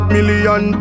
Million